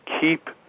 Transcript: keep